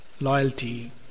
loyalty